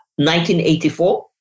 1984